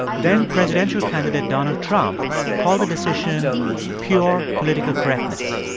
then-presidential candidate donald trump called the decision pure political correctness.